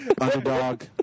underdog